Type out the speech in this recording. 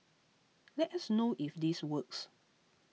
let us know if this works